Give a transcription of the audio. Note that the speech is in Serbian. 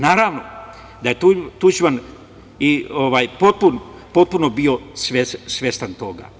Naravno da je Tuđman i potpuno bio svestan toga.